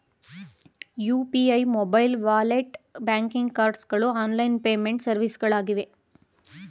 UPI, mobile wallet, banking cards ಗಳು online payment ಸರ್ವಿಸ್ಗಳಾಗಿವೆ